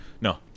No